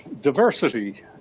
diversity